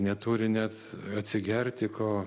neturi net atsigerti ko